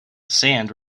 sand